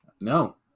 No